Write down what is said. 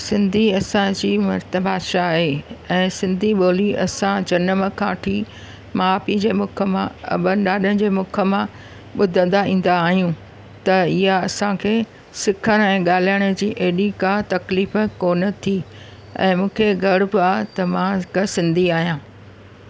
सिंधी असांजी मातृभाषा आहे ऐं सिंधी ॿोली असां जनम खां वठी माउ पीउ जे मुख मां अॿनि ॾाॾनि जे मुख मां ॿुधंदा ईंदा आहियूं असांखे सिखण ऐं ॻाल्हाइण जी एॾी का तकलीफ़ कोन थी ऐं मूंखे गर्व आहे त मां हिकु सिंधी आहियां